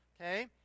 Okay